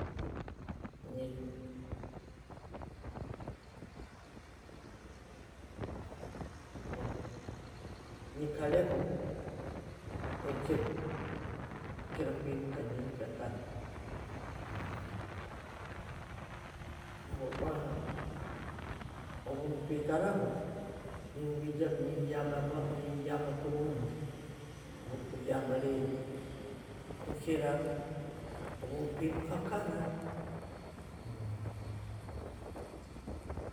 Nyikaireho ekiiro kukira kwemuka nyenkya kaara habwokuba, obundikwekaraho, nenkwija, nimbyama kurungi, wenkubyama late kukiira bwenkwimuka kara.